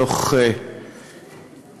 בתוך